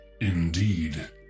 Indeed